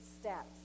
steps